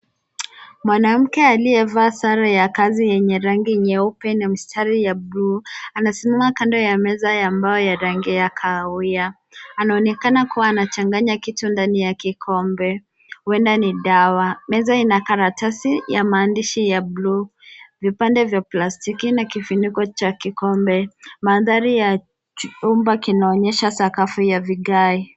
Mwanamke aliyevaa sare ya kazi yenye rangi nyeupe na mistari ya buluu ya chuma kando ya meza yake ya kahawia anaonekana kuwa anachanganya kitu ndani ya kikombe huenda ni dawa. Meza ina karatasi ya maandishi ya buluu. Vipande vya plastiki na kifuniko cha kikombe. Mandhari ya chumba kinaonyesha sakafu ya vigae.